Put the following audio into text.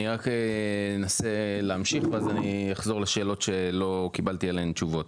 אני רק אנסה להמשיך ואז אני אחזור לשאלות שלא קיבלתי עליהן תשובות.